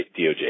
DOJ